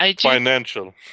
Financial